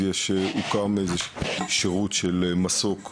אז הוקם איזה שירות של מסוק שמפנה,